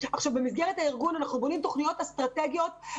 במסגרת הארגון אנחנו בונים תוכניות אסטרטגיות.